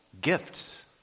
gifts